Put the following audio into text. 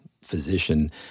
physician